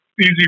easy